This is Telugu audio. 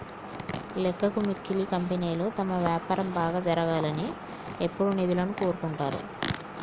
లెక్కకు మిక్కిలి కంపెనీలు తమ వ్యాపారం బాగా జరగాలని ఎప్పుడూ నిధులను కోరుకుంటరు